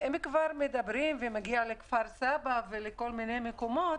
אם כבר מדברים וזה מגיע לכפר-סבא ולכל מיני מקומות